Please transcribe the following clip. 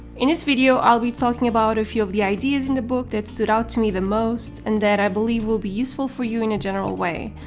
in this video i'll be talking about a few of the ideas in the book that stood out to me the most and that i believe will be useful for you in a general way,